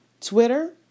Twitter